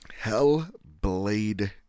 Hellblade